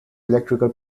electrical